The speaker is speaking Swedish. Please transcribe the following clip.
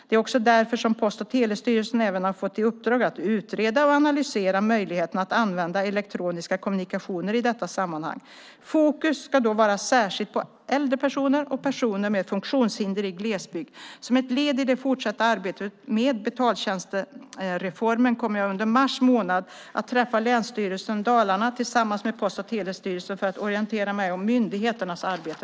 Det är också därför som Post och telestyrelsen även har fått i uppdrag att utreda och analysera möjligheten att använda elektroniska kommunikationer i detta sammanhang. Fokus ska då vara särskilt på äldre personer och personer med funktionshinder i glesbygd. Som ett led i det fortsatta arbetet med betaltjänstreformen kommer jag under mars månad att träffa Länsstyrelsen Dalarna, tillsammans med Post och telestyrelsen, för att orientera mig om myndigheternas arbete.